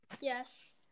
Yes